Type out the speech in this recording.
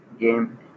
game